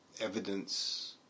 evidence